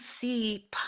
see